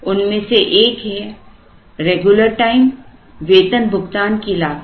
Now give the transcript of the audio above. उनमें से एक है रेगुलर टाइम वेतन भुगतान की लागत